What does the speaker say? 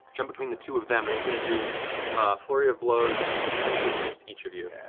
jump between the two of them, and he's gonna do a flurry of blows, two punches against each of you.